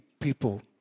people